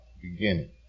beginning